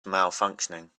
malfunctioning